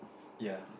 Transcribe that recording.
ya